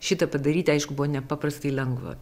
šitą padaryti aišku buvo nepaprastai lengva